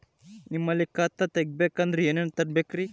ನಿಮ್ಮಲ್ಲಿ ಖಾತಾ ತೆಗಿಬೇಕಂದ್ರ ಏನೇನ ತರಬೇಕ್ರಿ?